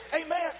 Amen